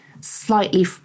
slightly